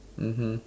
mmhmm